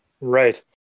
right